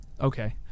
Okay